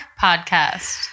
podcast